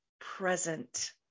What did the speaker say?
present